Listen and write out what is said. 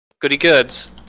goody-goods